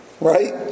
right